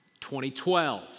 2012